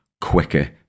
quicker